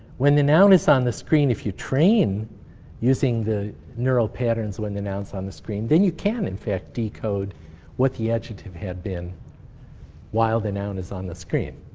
when the noun is on the screen if you train using the neural patterns when the nouns on the screen, then you can, in fact, decode what the adjective had been while the noun is on the screen.